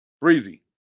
Breezy